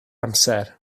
amser